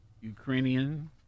Ukrainian